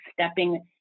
stepping